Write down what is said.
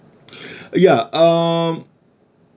ya um